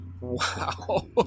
Wow